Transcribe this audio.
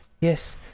yes